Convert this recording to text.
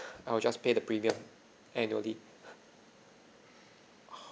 I will just pay the premium annually